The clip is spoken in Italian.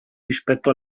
rispetto